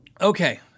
Okay